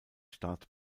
start